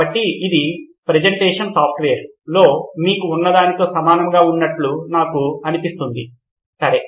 కాబట్టి ఇది ప్రెజెంటేషన్ సాఫ్ట్వేర్లో మీకు ఉన్నదానితో సమానంగా ఉన్నట్లు నాకు అనిపిస్తుంది సరే